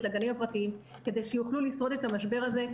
לגנים הפרטיים כדי שיוכלו לשרוד את המשבר הזה,